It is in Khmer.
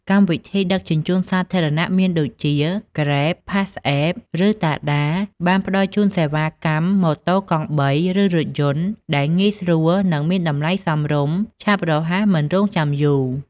កម្មវិធីដឹកជញ្ជូនសាធារណៈមានដូចជា គ្រេប (Grab) ផាសអេប (Passapp) ឬតាដា (Tada) បានផ្តល់ជូនសេវាកម្មម៉ូតូកង់បី ឬរថយន្ត ដែលងាយស្រួល និងមានតម្លៃសមរម្យ ឆាប់រហ័សមិនរង់ចាំយូរ។